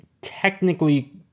technically